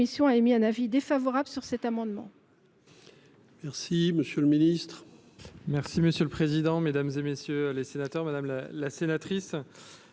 a émis un avis défavorable sur cet amendement.